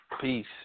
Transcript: Peace